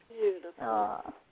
Beautiful